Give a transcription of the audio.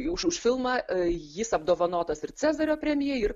už už filmą jis apdovanotas ir cezario premjera ir